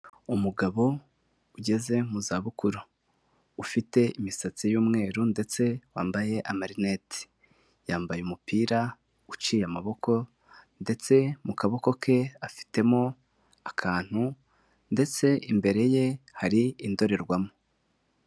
Umugabo ugeze mu za bukuru ufite imisatsi y'umweru ndetse wambaye amarinete, yambaye umupira uciye amaboko ndetse mu kaboko ke afitemo akantu ndetse imbere ye hari indorerwamu.